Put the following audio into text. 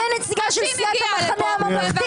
אני נציגה של סיעת המחנה הממלכתי.